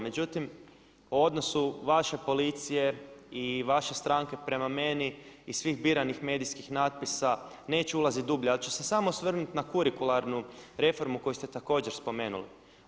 Međutim o odnosu vaše policije i vaše stranke prema meni i svih biranih medijskih natpisa neću ulaziti dublje ali ću se samo osvrnuti na kurikularnu reformu koju ste također spomenuli.